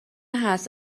هست